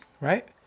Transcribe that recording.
Right